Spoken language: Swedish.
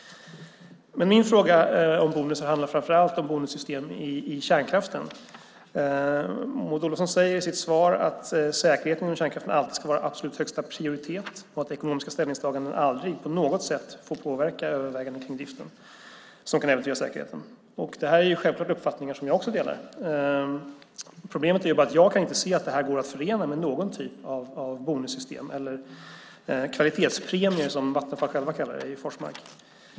Min fråga om bonusar handlar framför allt om bonussystem i kärnkraften. Maud Olofsson säger i sitt svar att säkerheten inom kärnkraften alltid ska ha absolut högsta prioritet och att ekonomiska ställningstaganden aldrig på något sätt får påverka överväganden som rör driften och som kan äventyra säkerheten. Det är självfallet uppfattningar som jag delar. Problemet är bara att jag inte kan se att detta går att förena med någon typ av bonussystem, eller "kvalitetspremier", som Vattenfall själva kallar det i Forsmark.